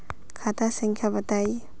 खाता संख्या बताई?